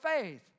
faith